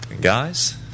Guys